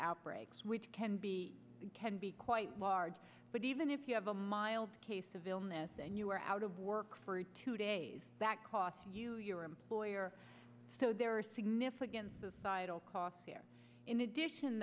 outbreaks which can be can be quite large but even if you have a mom case of illness and you are out of work for two days that cost you your employer so there are significant societal costs in addition